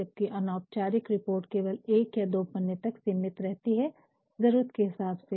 जबकि अनौपचारिक रिपोर्ट केवल १ या २ पन्ने तक सीमित रहती है ज़रुरत के हिसाब से